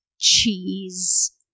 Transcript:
Cheese